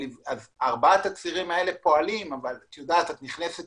ארבעת הצירים האלה פועלים אבל את נכנסת